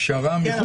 כן,